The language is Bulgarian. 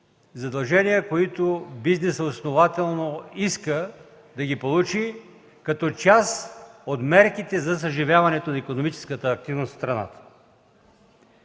задължения, които бизнесът основателно иска да получи като част от мерките за съживяването на икономическата активност на страната.